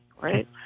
right